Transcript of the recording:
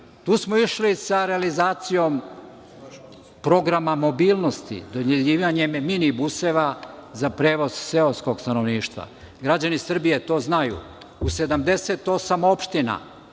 Tu smo išli sa realizacijom programa mobilnosti, dodeljivanjem mini buseva za prevoz seoskog stanovništva. Građani Srbije to znaju. U 78 opština